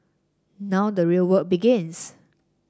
now the real work begins